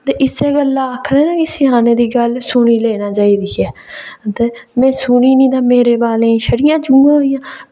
ते इस्सै गल्ला आखदे न कि स्याने दी गल्ल सुनी लैना चाहिदी ऐ ते में सुनी निं ते मेरे बालें शड़ियां जुआं होई गेइयां